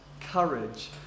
courage